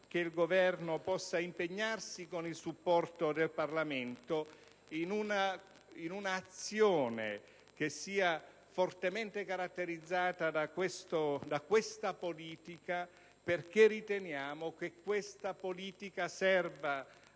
che il Governo si impegni, con il supporto del Parlamento, in un'azione che sia fortemente caratterizzata da questa politica, perché riteniamo che questa politica serva